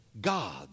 God